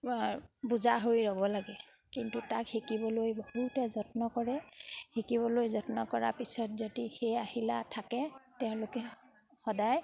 বুজা হৈ ৰ'ব লাগে কিন্তু তাক শিকিবলৈ বহুতে যত্ন কৰে শিকিবলৈ যত্ন কৰাৰ পিছত যদি সেই আহিলা থাকে তেওঁলোকে সদায়